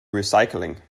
recycling